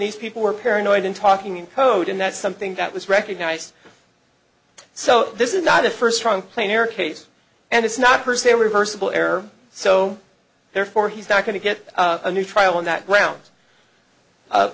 these people were paranoid and talking in code and that's something that was recognized so this is not the first prong plainer case and it's not per se reversible error so therefore he's not going to get a new trial on that ground